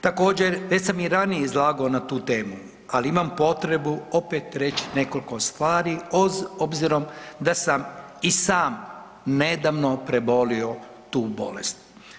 Također već sam i ranije izlagao na tu temu, ali imam potrebu opet reći nekoliko stvari obzirom da sam i sam nedavno prebolio tu bolest.